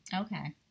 Okay